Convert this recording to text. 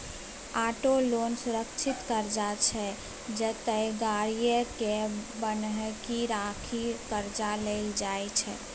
auto loan सुरक्षित करजा छै जतय गाड़ीए केँ बन्हकी राखि करजा लेल जाइ छै